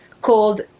called